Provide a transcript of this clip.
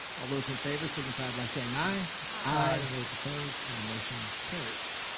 all those in favor, signify by saying i. i those opposed, and the motion carries.